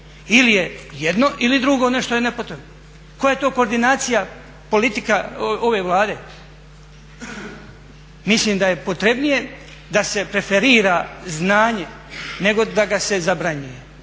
Ili je jedno ili drugo, nešto je nepotrebno. Koja je to koordinacija politika ove Vlade? Mislim da je potrebnije da se preferira znanje, nego da ga se zabranjuje.